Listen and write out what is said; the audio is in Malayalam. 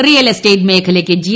റിയൽ എസ്റ്റേറ്റ് മേഖലയ്ക്ക് ജി